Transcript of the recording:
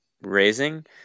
raising